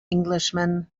englishman